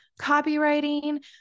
copywriting